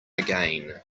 again